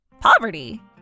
Poverty